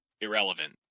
irrelevant